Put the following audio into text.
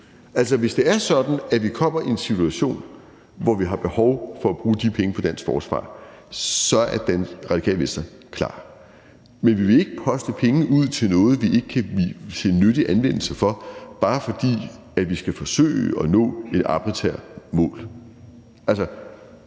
at vi kommer i en situation, hvor vi har behov for at bruge de penge på dansk forsvar, er Radikale Venstre klar. Men vi vil ikke poste penge ud til noget, vi ikke kan se nyttig anvendelse for, bare fordi vi skal forsøge at nå et arbitrært mål.